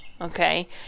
okay